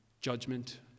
judgment